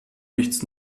nichts